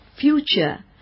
future